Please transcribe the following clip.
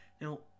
Now